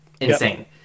insane